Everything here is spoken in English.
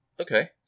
Okay